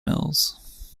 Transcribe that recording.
mills